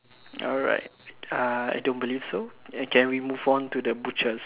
alright I don't believe so can we move on to the butchers